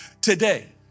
today